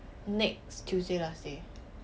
next tuesday last day